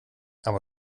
aber